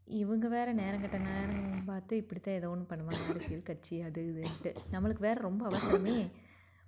இவங்க வேற நேரங்கெட்ட நேரம் பார்த்து இப்படித்தான் ஏதாவது ஒன்று பண்ணுவாங்க அரசியல் கட்சி அது இதுன்ட்டு நம்மளுக்கு வேறு ரொம்ப அவசரம்